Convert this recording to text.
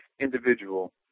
individual